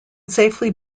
safely